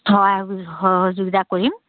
সহায় সযোগিতা কৰিম